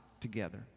together